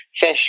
fish